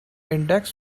index